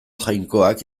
jainkoak